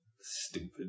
Stupid